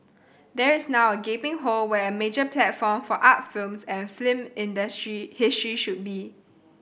there is now a gaping hole where a major platform for art films and history he should should be